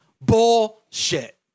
Bullshit